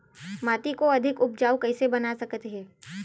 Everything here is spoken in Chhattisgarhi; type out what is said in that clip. माटी को अधिक उपजाऊ कइसे बना सकत हे?